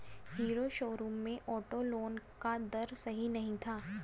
hero showroom में auto loan का दर सही नहीं था